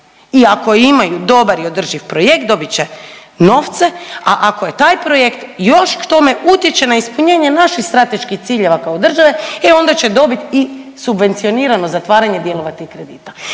i ako imaju dobar i održiv projekt, dobit će novce, a ako je taj projekt još k tome utječe na ispunjenje naših strateških ciljeva kao države, e onda će dobit i subvencionirano zatvaranje dijelova tih kredita